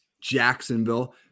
Jacksonville